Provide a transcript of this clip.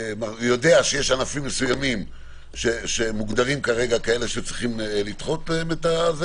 שיודע שיש ענפים מסוימים שמוגדרים כרגע ככאלה שצריכים לדחות להם,